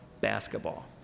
basketball